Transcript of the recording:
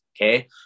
Okay